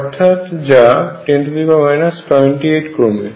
অর্থাৎ যা 10 28 ক্রমের